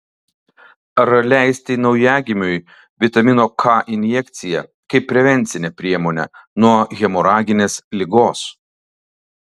ar leisti naujagimiui vitamino k injekciją kaip prevencinę priemonę nuo hemoraginės ligos